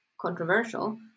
controversial